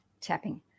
tapping